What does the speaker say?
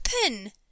open